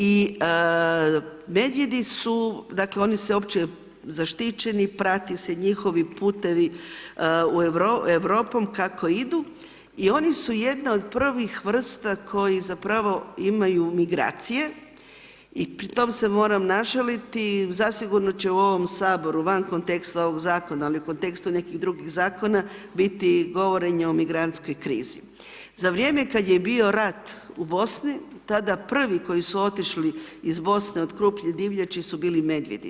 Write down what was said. I medvjedi su, dakle, oni se opće zaštićeni, prate se njihovi putevi Europom kako idu i oni su jedna od prvih vrsta koji zapravo imaju migracije i pri tome se moram našaliti zasigurno će u ovom saboru, van konteksta ovog zakona, ali u konteksta nekih drugih zakona, biti govorenja o migrantskoj krizi za vrijeme kad je bio rat u Bosni, tada prvi koji su otišli iz Bosne od krupnih divljači su bili medvjedi.